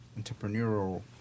entrepreneurial –